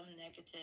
negative